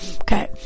Okay